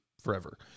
forever